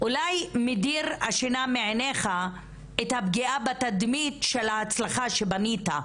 אולי מדירה שינה מעיניך הפגיעה בתדמית של ההצלחה שבנית.